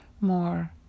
more